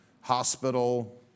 hospital